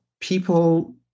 people